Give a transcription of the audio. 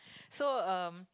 um